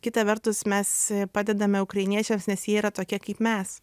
kita vertus mes padedame ukrainiečiams nes jie yra tokie kaip mes